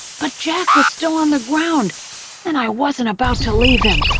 but jack was still on the ground and i wasn't about to leave him.